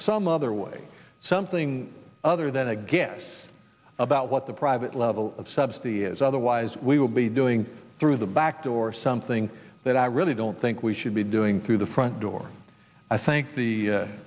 some other way something other than a guess about what the private level of subsidy is otherwise we will be doing through the backdoor something that i really don't think we should be doing through the front door i thank the